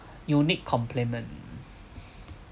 unique compliment